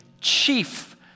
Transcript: chief